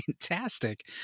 fantastic